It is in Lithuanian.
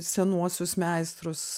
senuosius meistrus